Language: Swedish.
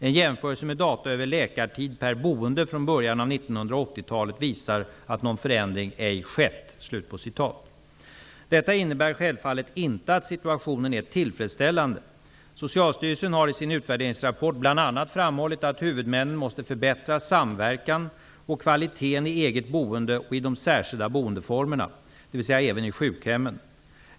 En jämförelse med data över läkartid per boende från början av 1980-talet visar att någon förändring ej skett.'' Detta innebär självfallet inte att situationen är tillfredsställande. Socialstyrelsen har i sin utvärderingsrapport bl.a. framhållit att huvudmännen måste förbättra samverkan och kvaliteten i eget boende och i de särskilda boendeformerna, dvs. även i sjukhemmen.